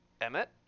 Emmet